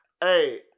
Hey